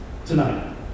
Tonight